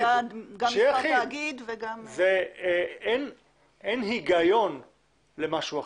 אין היגיון למשהו אחר.